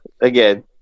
again